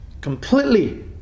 completely